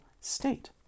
state